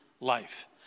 life